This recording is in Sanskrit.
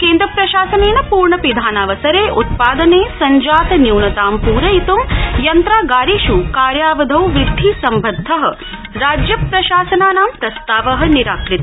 केन्द्र प्रशासनेन पूर्ण पिधानावसरे उत्पा ने संजात न्यूनतां पूरयितूं यन्त्रागारेष् कार्यावधौ वृद्धि सम्बद्ध राज्यप्रशासनानां प्रस्ताव निराकृत